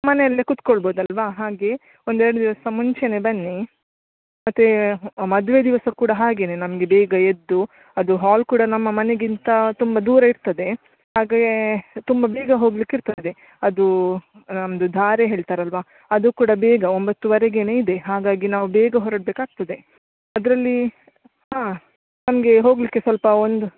ಮನೆಯಲ್ಲೇ ಕುತ್ಕೋಳ್ಬೌದು ಅಲ್ವಾ ಹಾಗೇ ಒಂದು ಎರಡು ದಿವಸ ಮುಂಚೇನೆ ಬನ್ನಿ ಮತ್ತೆ ಮದುವೆ ದಿವಸ ಕೂಡ ಹಾಗೆನೇ ನಮಗೆ ಬೇಗ ಎದ್ದು ಅದು ಹಾಲ್ ಕೂಡ ನಮ್ಮ ಮನೆಗಿಂತ ತುಂಬ ದೂರ ಇರ್ತದೆ ಹಾಗೇ ತುಂಬಾ ಬೇಗ ಹೋಗ್ಲಿಕ್ಕೆ ಇರ್ತದೆ ಅದು ನಮ್ಮದು ಧಾರೆ ಹೇಳ್ತಾರೆ ಅಲ್ವಾ ಅದು ಕೂಡ ಬೇಗ ಒಂಬತ್ತು ವರೆಗೇನೆ ಇದೆ ಹಾಗಾಗಿ ನಾವು ಬೇಗ ಹೊರಡ ಬೇಕಾಗ್ತದೆ ಅದರಲ್ಲಿ ಹಾಂ ನಮಗೆ ಹೋಗ್ಲಿಕ್ಕೆ ಸ್ವಲ್ಪ ಒಂದು